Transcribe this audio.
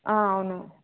అవును